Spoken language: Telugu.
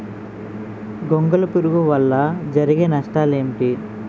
గొంగళి పురుగు వల్ల జరిగే నష్టాలేంటి?